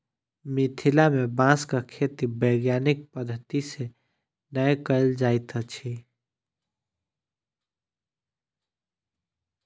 मिथिला मे बाँसक खेती वैज्ञानिक पद्धति सॅ नै कयल जाइत अछि